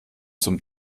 zum